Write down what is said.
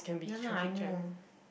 ya lah I know